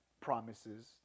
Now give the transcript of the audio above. promises